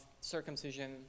circumcision